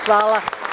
Hvala.